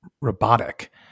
robotic